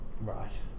Right